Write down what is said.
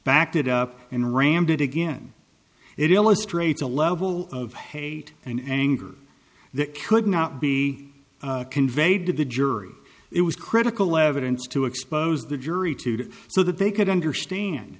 backed it up and rammed it again it illustrates a level of hate and anger that could not be conveyed to the jury it was critical evidence to expose the jury today so that they could understand